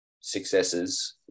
successes